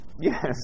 Yes